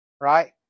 Right